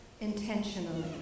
intentionally